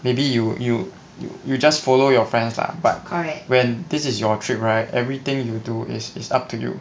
maybe you you you just follow your friends lah but when this is your trip right everything you do is is up to you